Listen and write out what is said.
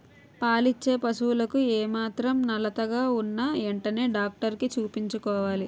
పాలిచ్చే పశువులకు ఏమాత్రం నలతగా ఉన్నా ఎంటనే డాక్టరికి చూపించుకోవాలి